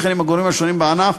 וכן עם הגורמים השונים בענף,